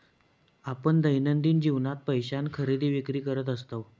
आपण दैनंदिन जीवनात पैशान खरेदी विक्री करत असतव